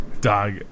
Dog